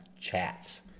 Chats